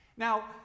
Now